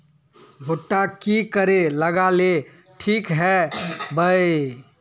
भुट्टा की करे लगा ले ठिक है बय?